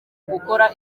gukora